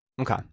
Okay